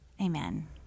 Amen